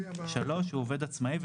הוא עובד עצמאי,